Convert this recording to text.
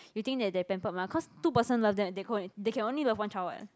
you think that they're pampered mah cause two person love them they could they can only love one child what